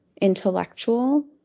intellectual